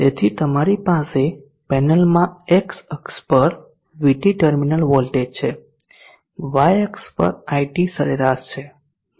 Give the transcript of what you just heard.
તેથી તમારી પાસે પેનલમાં x અક્ષપર VT ટર્મિનલ વોલ્ટેજ છે y અક્ષ પર iT સરેરાશ છે